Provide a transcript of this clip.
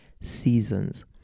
Seasons